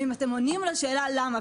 ואם אתם עונים לשאלה למה,